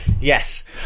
Yes